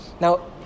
Now